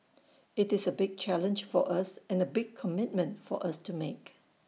IT is A big challenge for us and A big commitment for us to make